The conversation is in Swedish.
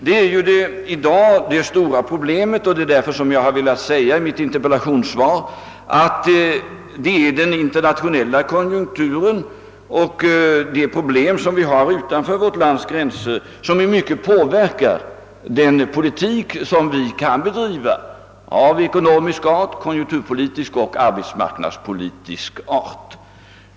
Det är i dag den stora svårigheten, och därför har jag i mitt interpellationssvar sagt att den internationella konjunkturen och de problem som finns utanför vårt lands gränser måste påverka den politik som vi kan bedriva av ekonomisk, konjunkturpolitisk och arbetsmarknadspolitisk art.